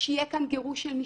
שיהיה כאן גירוש של משפחות,